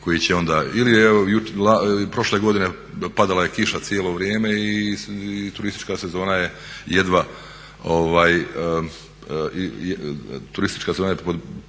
ili evo prošle godine padala je kiša cijelo vrijeme i turistička sezona je jedva,